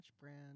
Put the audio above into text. brand